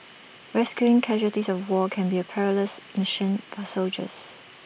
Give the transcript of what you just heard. rescuing casualties of war can be A perilous mission for soldiers